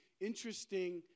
interesting